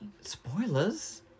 Spoilers